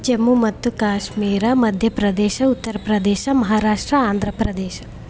ಜಮ್ಮು ಮತ್ತು ಕಾಶ್ಮೀರ ಮಧ್ಯ ಪ್ರದೇಶ ಉತ್ತರ ಪ್ರದೇಶ ಮಹಾರಾಷ್ಟ್ರ ಆಂಧ್ರ ಪ್ರದೇಶ